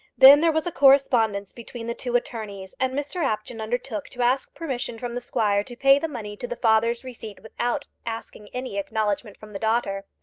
then there was a correspondence between the two attorneys, and mr apjohn undertook to ask permission from the squire to pay the money to the father's receipt without asking any acknowledgement from the daughter.